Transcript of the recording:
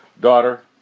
Daughter